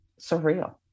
surreal